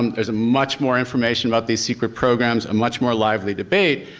um there's much more information about these secret programs, a much more lively debate.